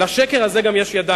לשקר הזה יש גם ידיים,